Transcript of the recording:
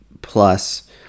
Plus